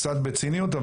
קצת בציניות,